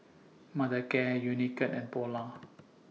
Mothercare Unicurd and Polar